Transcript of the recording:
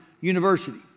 University